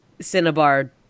Cinnabar